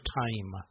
time